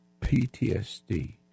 PTSD